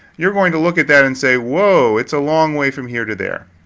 you're going to look at that and say, whoa, it's a long way from here to there.